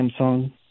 Samsung